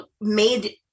made